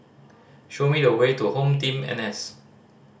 show me the way to HomeTeam N S